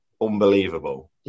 unbelievable